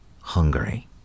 Hungary